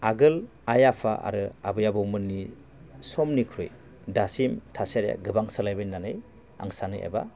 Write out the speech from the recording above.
आगोल आइ आफा आरो आबै आबौमोननि समनिख्रुइ दासिम थासारिया गोबां सोलायबाय होननानै आं सानो एबा